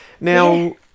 Now